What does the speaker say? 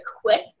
quick